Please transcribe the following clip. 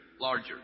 larger